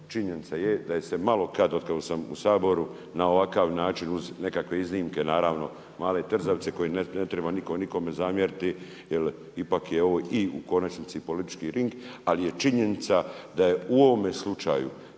činjenica je da je se malo od kada sam u Saboru na ovakav način uz nekakve iznimke naravno male trzavice koje ne treba niko nikome zamjeriti jel ipak je ovo i u konačnici politički ring, ali je činjenica da je u ovome slučaju